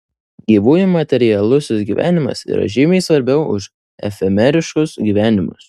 gyvųjų materialusis gyvenimas yra žymiai svarbiau už efemeriškus gyvenimus